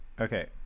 Okay